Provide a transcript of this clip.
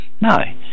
no